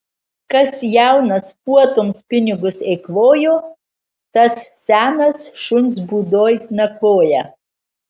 kas jaunas puotoms pinigus eikvojo tas senas šuns būdoj nakvoja